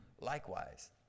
likewise